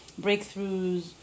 Breakthroughs